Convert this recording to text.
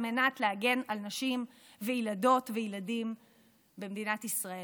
מנת להגן על נשים וילדות וילדים במדינת ישראל.